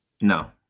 No